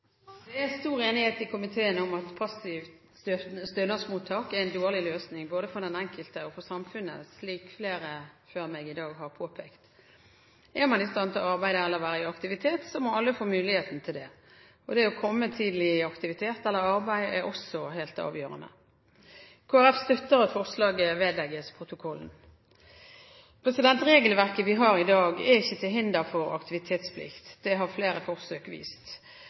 Det er stor enighet i komiteen om at passivt stønadsmottak er en dårlig løsning både for den enkelte og for samfunnet, slik flere før meg i dag har påpekt. Alle som er i stand til å arbeide eller være i aktivitet, må få muligheten til det, og det å komme tidlig i aktivitet eller arbeid er også helt avgjørende. Kristelig Folkeparti støtter at forslaget vedlegges protokollen. Regelverket vi har i dag, er ikke til hinder for aktivitetsplikt. Det har flere forsøk vist